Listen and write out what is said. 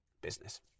business